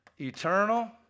Eternal